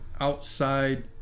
outside